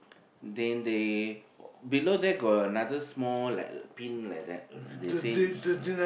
then they below there got another small like pin like that they say is